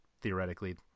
theoretically